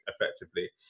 effectively